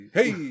Hey